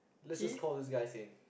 let's just call this guy saint